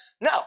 No